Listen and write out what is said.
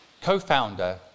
co-founder